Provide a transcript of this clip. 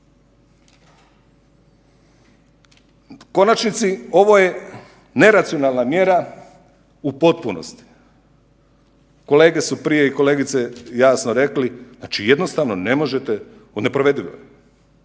konačnici, ovo je neracionalna mjera u potpunosti. Kolege su prije i kolegice jasno rekli znači jednostavno ne možete, neprovedivo